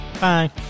Bye